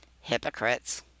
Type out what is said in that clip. Hypocrites